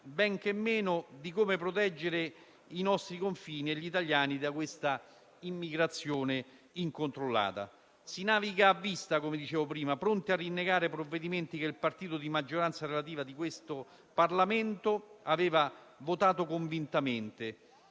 tantomeno su come proteggere i nostri confini e gli italiani da questa immigrazione incontrollata. Si naviga a vista, come dicevo prima, pronti a rinnegare provvedimenti che il partito di maggioranza relativa di questo Parlamento aveva votato convintamente